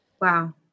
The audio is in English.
Wow